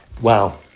wow